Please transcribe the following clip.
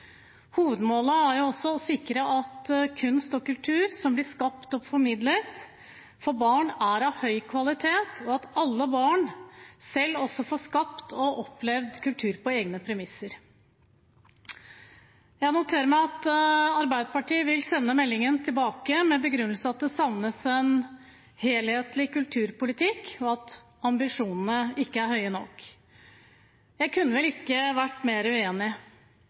Hovedmålet er også å sikre at kunst og kultur som blir skapt og formidlet for barn, er av høy kvalitet, og at alle barn selv også får skapt og opplevd kultur på egne premisser. Jeg noterer meg at Arbeiderpartiet vil sende meldingen tilbake med begrunnelsen at det savnes en helhetlig kulturpolitikk, og at ambisjonene ikke er høye nok. Jeg kunne vel ikke vært mer uenig.